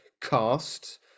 cast